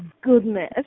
goodness